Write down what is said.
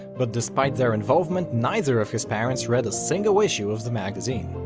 but despite their involvement, neither of his parents read a single issue of the magazine.